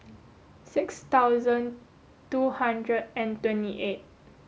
six thousand two hundred and twenty eight